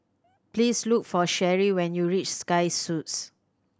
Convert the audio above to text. please look for Sherie when you reach Sky Suites